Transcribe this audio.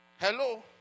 Hello